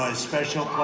ah special